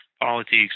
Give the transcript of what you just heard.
politics